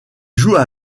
jouent